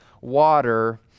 water